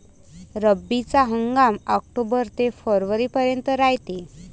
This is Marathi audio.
रब्बीचा हंगाम आक्टोबर ते फरवरीपर्यंत रायते